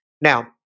Now